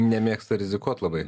nemėgsta rizikuot labai